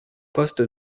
poste